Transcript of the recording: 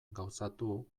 gauzatu